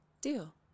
Deal